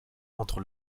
entre